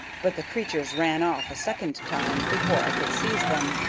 but the creatures ran off a second time before i could seize them,